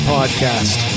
Podcast